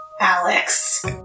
alex